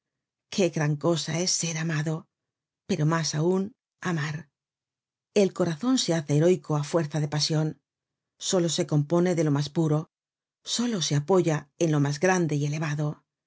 qué gran cosa es ser amado pero roas os aun amar el corazon se hace heróico á fuerza de pasion solo se compone de lo mas puro solo se apoya en lo mas grande y elevado